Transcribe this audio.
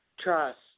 Trust